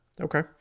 Okay